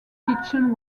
kitchen